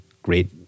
great